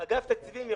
אגף תקציבים,